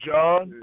John